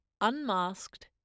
unmasked